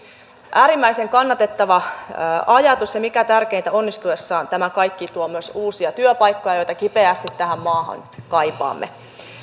äärimmäisen kannatettava ajatus ja mikä tärkeintä onnistuessaan tämä kaikki tuo myös uusia työpaikkoja joita kipeästi tähän maahan kaipaamme